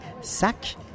sac